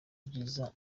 byiza